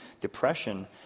depression